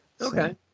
Okay